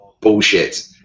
bullshit